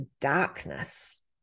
darkness